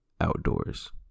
Outdoors